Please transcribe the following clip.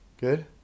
Good